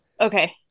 okay